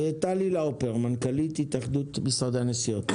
טלי לאופר, מנכ"לית התאחדות משרדי הנסיעות.